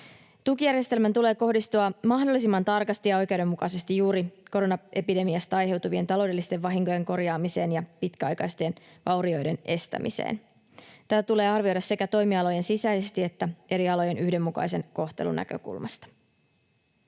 Tukijärjestelmän tulee kohdistua mahdollisimman tarkasti ja oikeudenmukaisesti juuri koronaepidemiasta aiheutuvien taloudellisten vahinkojen korjaamiseen ja pitkäaikaisten vaurioiden estämiseen. Tätä tulee arvioida sekä toimialojen sisäisesti että eri alojen yhdenmukaisen kohtelun näkökulmasta.